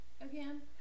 again